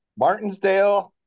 Martinsdale